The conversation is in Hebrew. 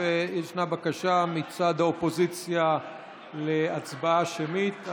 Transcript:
וישנה בקשה מצד האופוזיציה להצבעה שמית.